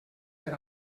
per